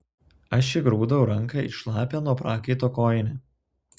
aš įgrūdau ranką į šlapią nuo prakaito kojinę